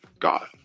God